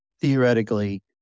theoretically